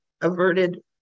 averted